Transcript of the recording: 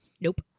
Nope